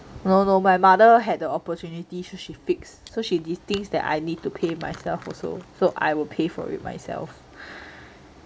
no no my mother had the opportunity so she fix so she thinks that I need to pay myself also so I will pay for it myself